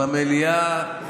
במליאה,